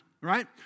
right